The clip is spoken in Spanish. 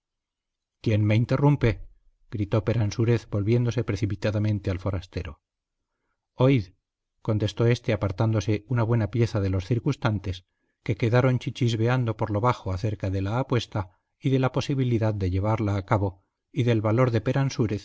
quién me interrumpe gritó peransúrez volviéndose precipitadamente al forastero oíd contestó éste apartándose una buena pieza de los circunstantes que quedaron chichisveando por lo bajo acerca de la apuesta y de la posibilidad de llevarla a cabo y del valor de